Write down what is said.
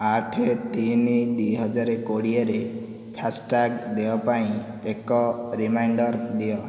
ଆଠ ତିନି ଦୁଇ ହଜାର କୋଡ଼ିଏ ରେ ଫାସ୍ଟ୍ୟାଗ୍ ଦେୟ ପାଇଁ ଏକ ରିମାଇଣ୍ଡର୍ ଦିଅ